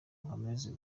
nkomeza